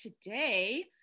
today